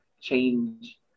change